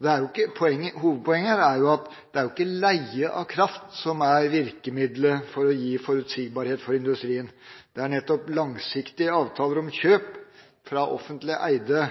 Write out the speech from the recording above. Hovedpoenget er jo at det ikke er leie av kraft som er virkemidlet for å gi forutsigbarhet for industrien. Det er nettopp langsiktige avtaler om kjøp fra offentlig eide